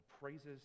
praises